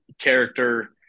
character